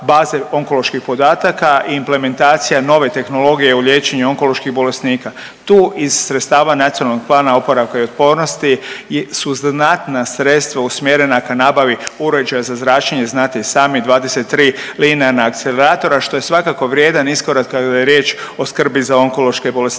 baze onkoloških podataka i implementacija nove tehnologije u liječenju onkoloških bolesnika. Tu iz sredstava Nacionalnog plana oporavka i otpornosti su znatna sredstva usmjerena ka nabavi uređaja za zračenje znate i sami 23 linearna akceleratora što je svakako vrijedan iskorak kada je riječ o skrbi za onkološke bolesnike.